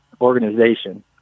organization